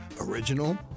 Original